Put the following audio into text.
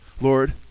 Lord